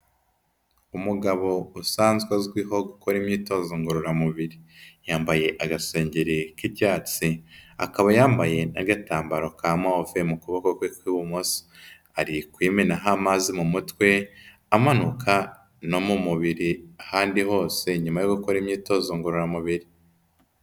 Umugabo usanzwe azwiho gukora imyitozo ngororamubiri, yambaye agasengeri k'ibyatsi akaba yambaye n'agatambaro ka move mu kuboko kwe kw'ibumoso, ari kwimenaho amazi mu mutwe amanuka no mu mubiri, ahandi hose nyuma yo gukora imyitozo ngororamubiri.